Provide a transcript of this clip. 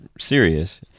serious